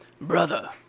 brother